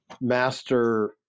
master